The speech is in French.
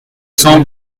cents